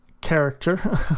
character